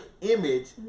image